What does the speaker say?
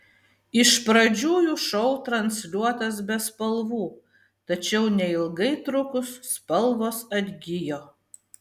iš pradžių jų šou transliuotas be spalvų tačiau neilgai trukus spalvos atgijo